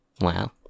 Wow